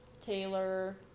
Taylor